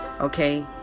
okay